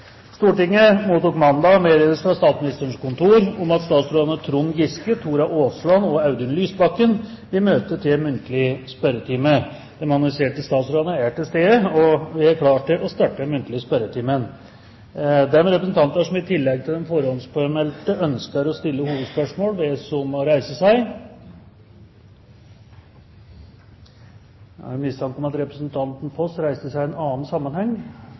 Trond Giske – statsråd Tora Aasland – statsråd Audun Lysbakken De annonserte statsråder er til stede, og vi er klare til å starte den muntlige spørretimen. De representanter som i tillegg til de forhåndspåmeldte ønsker å stille hovedspørsmål, bes om å reise seg. – Ingen har reist seg. Vi starter da med første hovedspørsmål, fra representanten Solveig Horne. Vi har i